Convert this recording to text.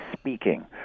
speaking